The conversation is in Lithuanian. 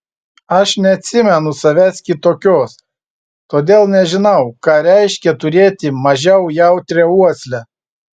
aš neatsimenu savęs kitokios todėl nežinau ką reiškia turėti mažiau jautrią uoslę